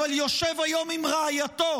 אבל יושב היום עם רעייתו,